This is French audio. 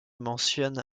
mentionne